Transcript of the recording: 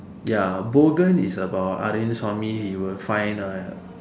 ya Bogan is about Arvind Swamy he will find a